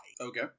Okay